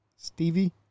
Stevie